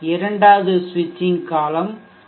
இரண்டாவது ஸ்விட்சிங் காலம் 1 dTS